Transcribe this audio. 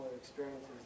experiences